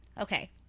Okay